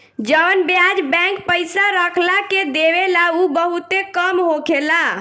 जवन ब्याज बैंक पइसा रखला के देवेला उ बहुते कम होखेला